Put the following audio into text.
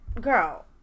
girl